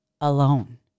alone